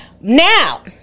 Now